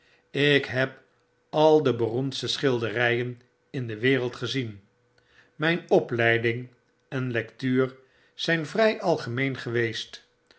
ik heb al de beroemste schilderijen in de wereld gezien myn opleiding en lectuur zyn vry algemeen geweest